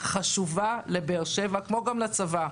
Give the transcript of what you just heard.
הזדמנות חשובה לבאר שבע, כמו גם לצבא.